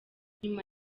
nyuma